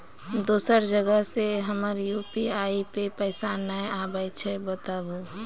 दोसर जगह से हमर यु.पी.आई पे पैसा नैय आबे या बताबू?